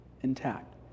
intact